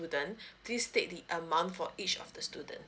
student please state the amount for each of the student